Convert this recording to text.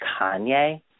Kanye